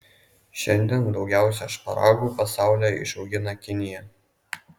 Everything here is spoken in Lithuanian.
šiandien daugiausiai šparagų pasaulyje išaugina kinija